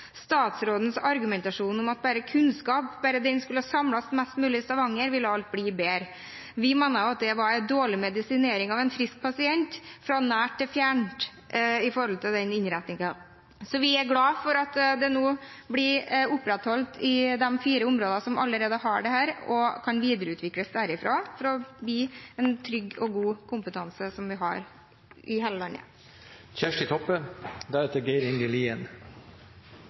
Statsrådens argumentasjon var at bare kunnskapen ble samlet mest mulig i Stavanger, ville alt bli bedre. Vi mener at den innretningen var en dårlig medisinering av en frisk pasient, fra nært til fjernt. Så vi er glad for at dette nå blir opprettholdt i de fire områdene som allerede har det, og at det kan videreutvikles derfra til å bli en trygg og god kompetanse som vi har i hele landet.